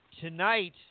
tonight